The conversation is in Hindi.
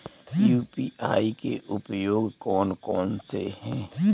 यू.पी.आई के उपयोग कौन कौन से हैं?